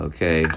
Okay